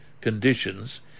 conditions